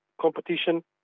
competition